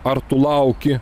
ar tu lauki